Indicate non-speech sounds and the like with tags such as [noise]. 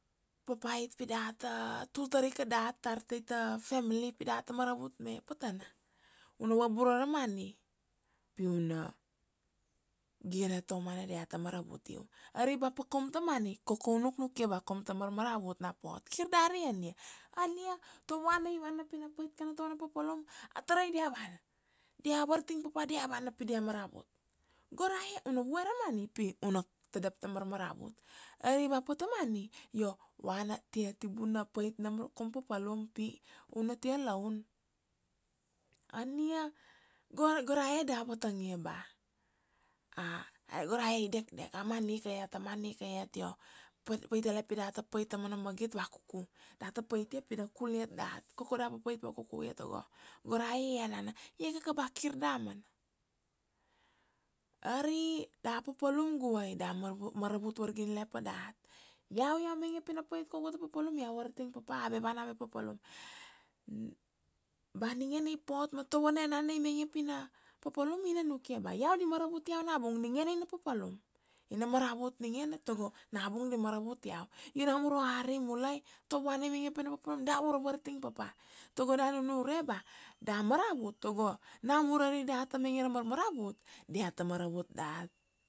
papait pi data tul tar ika dat tar tai ta family pi data maravut me patana. U na vabura ra money pi u na gire ta u mana dia ta maravut u, ari ba pa kaum ta money koko u nuknukia ba kaum ta marmaravut na pot. Kir dari ania, ania ta vuana i vana pi na pait kana ta vana papalum, a tarai dia vana, dia varting papa dia vana pi dia maravut. Go rae u na vue ra money pi u na tadap ta marmaravut, ari ba pata money, io vana tia tibuna pait na ra, kaum papalum pi u an tia laun. Ania, go rae davatangia ba [hesitation] go rae i dekdek, a money ika iat, a money ika iat, io pai tale pi data pait ta mana magit vakuku. Data pait ia pi da kul iat dat, koko da papait vakuku ia tago go rae enana, ia kaka ba kir damana. Ari da papalum guvai, da maravut vargiliane pa dat. Iau, iau mainge pi na pait kaugu ta papalum iau varting papa, ave vana ave papalum, [hesitation] ba ningene i pot ma ta vana enana i mainge pi na papalum, ina nukia ba iau di maravut iau nabung, ningene ina papalum, ina maravut ningene tago nabung di maravut iau. Io na mur oari mulai, ta vuana i mainge pi na papalum, da vura varting papa, tago da nunure ba da maravut tago na mur ari data mainge ra marmaravut dia ta maravut dat.